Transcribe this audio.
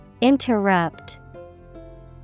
Interrupt